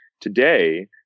Today